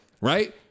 Right